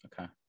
okay